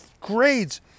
grades